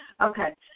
Okay